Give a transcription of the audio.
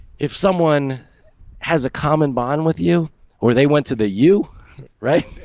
if someone has a common bond with you or they went to the u right,